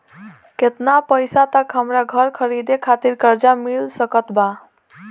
केतना पईसा तक हमरा घर खरीदे खातिर कर्जा मिल सकत बा?